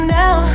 now